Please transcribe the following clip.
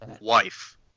wife